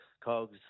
Cogs